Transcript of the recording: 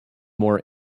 more